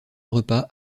repas